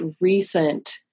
recent